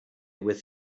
with